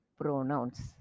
pronouns